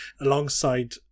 alongside